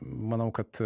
manau kad